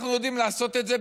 אנחנו יודעים לעשות את זה,